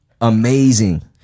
amazing